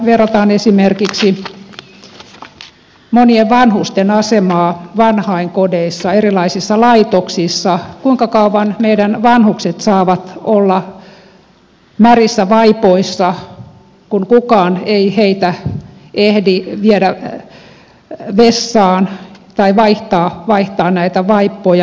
verrataan esimerkiksi monien vanhusten asemaa vanhainkodeissa erilaisissa laitoksissa kuinka kauan meidän vanhukset saavat olla märissä vaipoissa kun kukaan ei heitä ehdi viedä vessaan tai vaihtaa vaippoja